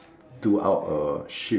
do out a ship